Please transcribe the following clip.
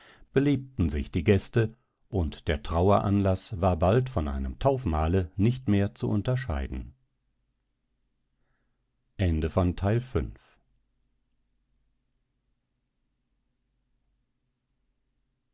belebten sich die gäste und der traueranlaß war bald von einem taufmahle nicht mehr zu unterscheiden